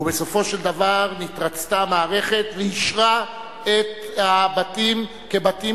ובסופו של דבר נתרצתה המערכת ואישרה את הבתים כבתים